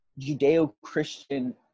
Judeo-Christian